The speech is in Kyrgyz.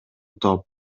топ